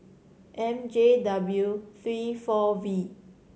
M J W three four V